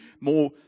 more